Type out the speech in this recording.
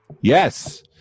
Yes